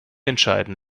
entscheiden